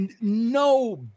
no